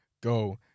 go